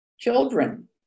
children